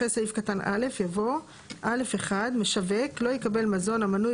אחרי סעיף קטן (א) יבוא: "(א1) משווק לא יקבל מזון המנוי